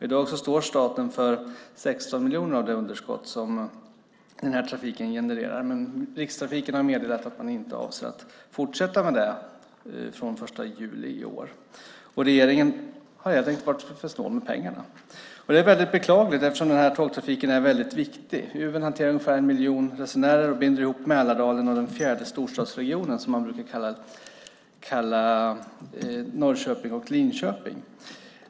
I dag står staten för 16 miljoner av det underskott som den här trafiken genererar. Men Rikstrafiken har meddelat att man inte avser att fortsätta med det från den 1 juli i år. Regeringen har helt enkelt varit för snål med pengarna. Det är väldigt beklagligt, eftersom den här tågtrafiken är väldigt viktig. Uven hanterar ungefär en miljon resenärer och binder ihop Mälardalen och den fjärde storstadsregionen som man brukar kalla Norrköping och Linköping.